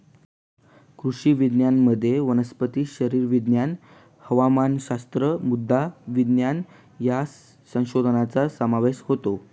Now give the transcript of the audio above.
कृषी विज्ञानामध्ये वनस्पती शरीरविज्ञान, हवामानशास्त्र, मृदा विज्ञान या संशोधनाचा समावेश होतो